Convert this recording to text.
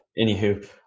Anywho